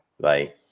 bye